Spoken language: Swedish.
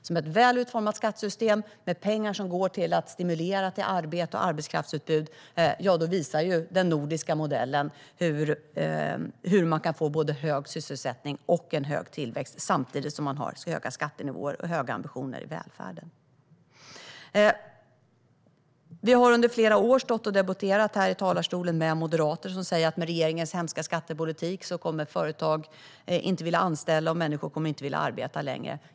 Med ett väl utformat skattesystem med pengar som går till att stimulera till arbete och arbetskraftsutbud visar den nordiska modellen hur man kan få både hög sysselsättning och en hög tillväxt samtidigt som man har höga skattenivåer och höga ambitioner i välfärden. Vi har under flera år stått här i talarstolen och debatterat med moderater som säger att med regeringens hemska skattepolitik kommer företag inte att vilja anställa och människor kommer inte att vilja arbeta längre.